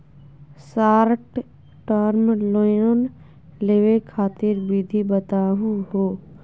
Short term loan लेवे खातीर विधि बताहु हो?